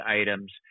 items